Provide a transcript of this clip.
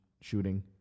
shooting